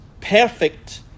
perfect